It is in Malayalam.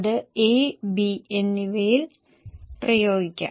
ഇപ്പോൾ ഈ ഡാറ്റ പ്രൊജക്ഷനുകൾ നിർമ്മിക്കുന്നതിന് ഉപയോഗപ്രദമാകും